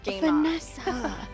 Vanessa